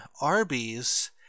Arby's